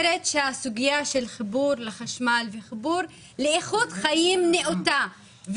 החיבור לחשמל הוא חיבור לאיכות חיים נאותה,